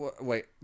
Wait